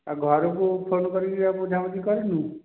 ଘରକୁ ଫୋନ୍ କରିକି ଆଉ ବୁଝା ବୁଝି କରିନୁ